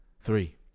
three